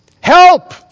help